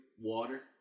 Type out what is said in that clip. Water